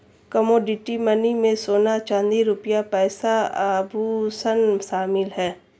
commodity money में सोना चांदी रुपया पैसा आभुषण शामिल है